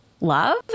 love